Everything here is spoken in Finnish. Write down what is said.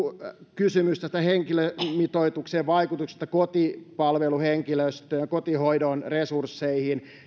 kysymys henkilömitoituksen vaikutuksesta kotipalveluhenkilöstöön kotihoidon resursseihin